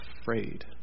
afraid